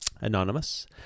anonymous